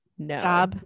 No